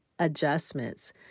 Adjustments